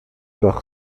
par